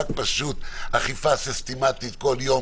פשוט אכיפה סיסטמתית כל יום,